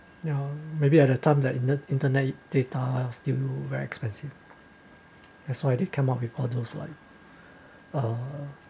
ya maybe at that time that in the internet data are still very expensive as why did come up with all those like uh